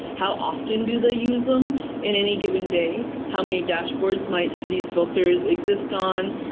how often do they use them in any given day? how many dashboards might these filters exist on?